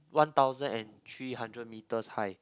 one thousand and three hundred meters high